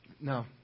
no